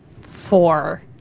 Four